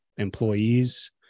employees